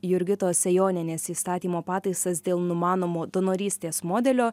jurgitos sejonienės įstatymo pataisas dėl numanomo donorystės modelio